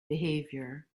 behavior